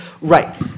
Right